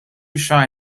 shy